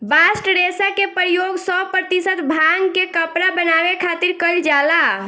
bast रेशा के प्रयोग सौ प्रतिशत भांग के कपड़ा बनावे खातिर कईल जाला